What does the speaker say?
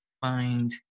find